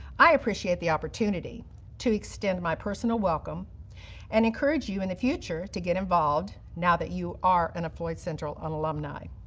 i appreciate the opportunity to extend my personal welcome and encourage you in the future to get involved now that you are in a floyd central an alumni.